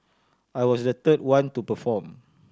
I was the third one to perform